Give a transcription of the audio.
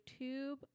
YouTube